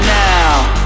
now